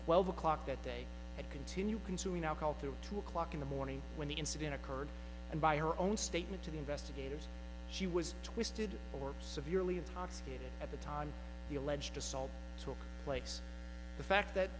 twelve o'clock that day and continue consuming alcohol through two o'clock in the morning when the incident occurred and by her own statement to the investigators she was twisted or severely intoxicated at the time the alleged assault took place the fact that